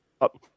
up